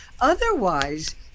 otherwise